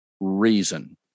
reason